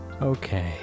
Okay